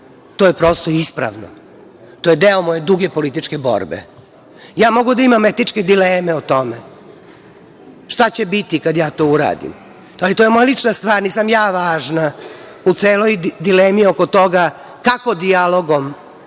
To je prosto ispravno. To je deo moje duge političke borbe. Ja mogu da imam etičke dileme o tome šta će biti kad je to uradim, ali to je moja lična stvar, nisam ja važna u celoj dilemi oko toga, kako dijalogom